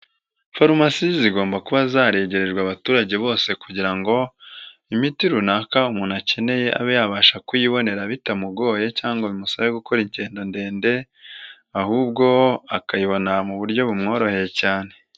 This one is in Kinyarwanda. Farumasi zigomba kuba zaregerejwe abaturage bose kugira ngo imiti runaka umuntu akeneye abe yabasha kuyibonera bitamugoye cyangwa bimusabe gukora ingendo ndende, ahubwo akayibona mu buryo bumworoheye cyane.